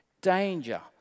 danger